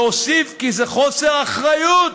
והוסיף כי זה חוסר אחריות.